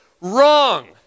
Wrong